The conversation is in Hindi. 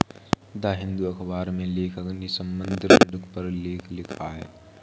द हिंदू अखबार में लेखक ने संबंद्ध ऋण पर लेख लिखा